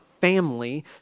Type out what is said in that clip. family